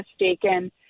mistaken